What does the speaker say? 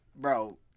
Bro